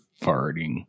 farting